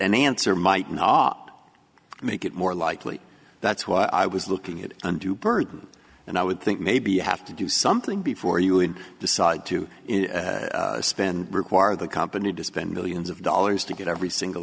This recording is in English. an answer might an off make it more likely that's why i was looking at undue burden and i would think maybe you have to do something before you would decide to spend require the company to spend millions of dollars to get every single